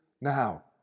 Now